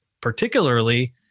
particularly